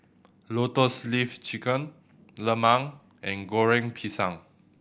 Lotus Leaf Chicken lemang and Goreng Pisang